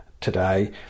today